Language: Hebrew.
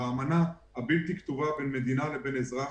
באמנה הבלתי כתובה בין המדינה לבין האזרח,